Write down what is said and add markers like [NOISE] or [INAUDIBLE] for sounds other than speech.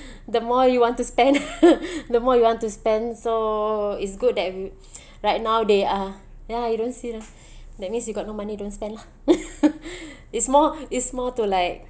[BREATH] the more you want to spend [LAUGHS] the more you want to spend so it's good that we [BREATH] right now they are ya you don't see lah [BREATH] that means you got no money don't spend lah [LAUGHS] is more is more to like